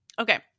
Okay